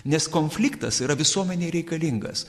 nes konfliktas yra visuomenei reikalingas